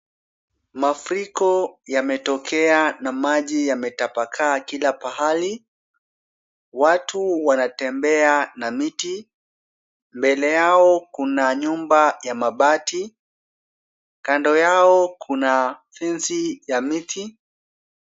Mafuriko yametokea na maji yametapakaa kila pahali. Watu wanatembea na miti. Mbele yao kuna nyumba ya mabati. Kando yao kuna fence ya miti.